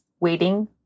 waiting